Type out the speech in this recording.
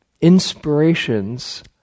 inspirations